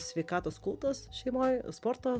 sveikatos kultas šeimoj sporto